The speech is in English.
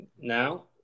Now